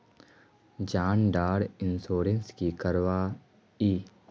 जान डार इंश्योरेंस की करवा ई?